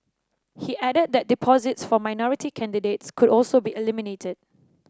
he added that deposits for minority candidates could also be eliminated